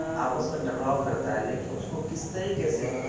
آپس میں ٹکراؤ کرتا ہے لیکن اس کو کس طریکے سے